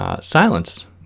silence